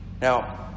Now